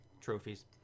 trophies